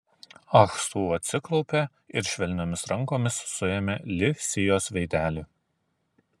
ah su atsiklaupė ir švelniomis rankomis suėmė li sijos veidelį